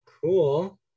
cool